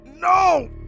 No